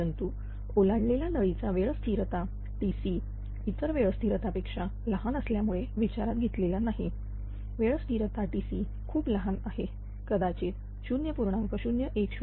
परंतु ओलांडलेला नळीचा वेळ स्थिरता Tc इतर वेळ स्थिरता पेक्षा लहान असल्यामुळे विचारात घेतलेला नाही वेळ स्थिरता Tc खूप लहान आहे कदाचित 0